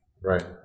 Right